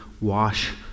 wash